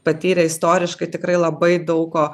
patyrę istoriškai tikrai labai daug ko